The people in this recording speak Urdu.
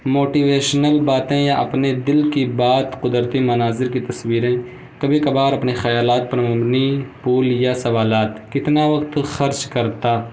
موٹیویشنل باتیں یا اپنے دل کی بات قدرتی مناظر کی تصویریں کبھی کبھار اپنے خیالات پرمبنی پول یا سوالات کتنا وقت خرچ کرتا